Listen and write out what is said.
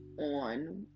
on